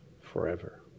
forever